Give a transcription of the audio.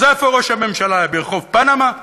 אז איפה ראש הממשלה, ברחוב פנמה?